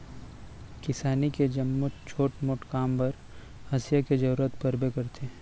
किसानी के जम्मो छोट मोट काम बर हँसिया के जरूरत परबे करथे